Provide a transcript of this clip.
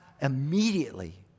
immediately